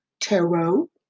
Tarot